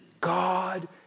God